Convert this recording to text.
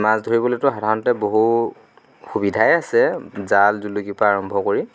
মাছ ধৰিবলৈতো সাধাৰণতে বহু সুবিধাই আছে জাল জুলুকি পৰা আৰম্ভ কৰি